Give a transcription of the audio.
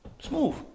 Smooth